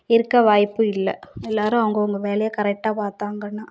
இருக்க வாய்ப்பு இல்லை எல்லோரும் அவங்கவுங்க வேலையை கரெக்டாக பார்த்தாங்கன்னா